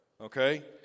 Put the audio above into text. okay